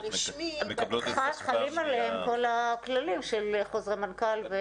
הבעלויות מקבלות את כספן מה --- חלים עליהם כל הכללים של חוזרי מנכ"ל.